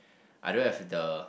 I don't have the